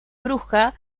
bruja